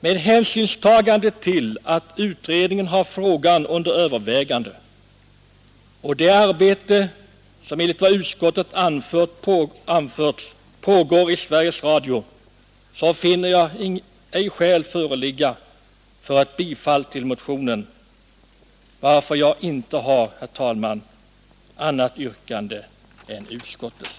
Med hänsynstagande till den pågående utredningen och till det arbete som enligt vad utskottet anfört pågår vid Sveriges Radio finner jag ej skäl föreligga för att yrka bifall till motionen. Jag har alltså, herr talman, inget annat yrkande än utskottets.